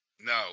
No